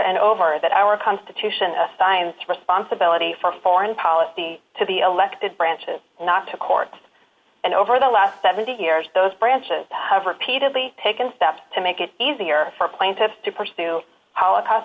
and over that our constitution assigns responsibility for foreign policy to the elected branches not to court and over the last seventy years those branches that have repeatedly taken steps to make it easier for plaintiffs to pursue holocaust